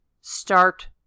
start